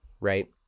right